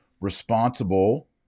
responsible